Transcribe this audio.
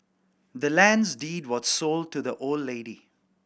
the land's deed was sold to the old lady